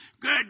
good